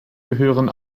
gehören